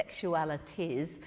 sexualities